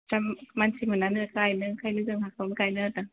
जों मानसि मोनानो गायनो ओंखायनो जोंहाखौनो गायनो होदों